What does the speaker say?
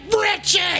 Richie